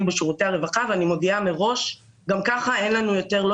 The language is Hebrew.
ושירותי הרווחה ואני מודיעה מראש שגם כך אין לנו יותר לא